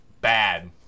bad